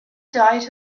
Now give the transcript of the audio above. diet